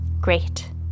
Great